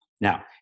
Now